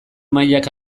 mailak